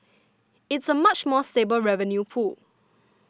it's a much more stable revenue pool